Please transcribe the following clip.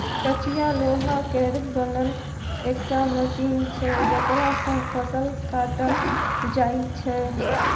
कचिया लोहा केर बनल एकटा मशीन छै जकरा सँ फसल काटल जाइ छै